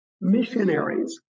missionaries